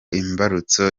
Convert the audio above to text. imbarutso